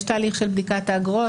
יש תהליך של בדיקת האגרות,